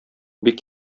бик